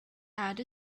add